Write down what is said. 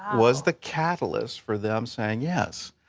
was the catalysts for them saying, yes,